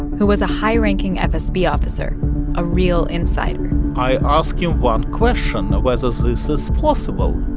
who was a high-ranking fsb officer a real insider i ask him one question, whether so this is possible.